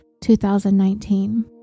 2019